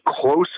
close